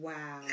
Wow